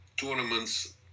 tournaments